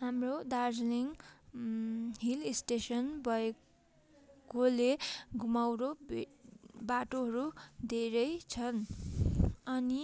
हाम्रो Darjeeling hill station भएकोले घुमाउरो बाटोहरू धेरै छन् अनि